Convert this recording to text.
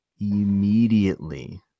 immediately